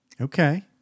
Okay